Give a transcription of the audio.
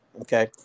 Okay